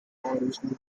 original